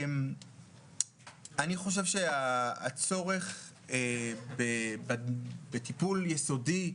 אני חושב שהצורך בטיפול יסודי,